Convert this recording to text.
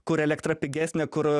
kur elektra pigesnė kur